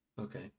okay